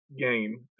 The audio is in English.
game